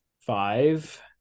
Five